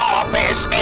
office